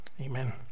Amen